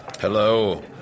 Hello